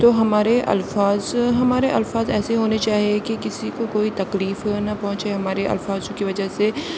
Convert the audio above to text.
تو ہمارے الفاظ ہمارے الفاظ ایسے ہونے چاہئیں کہ کسی کو کوئی تکلیف نہ پہنچے ہمارے الفاظوں کی وجہ سے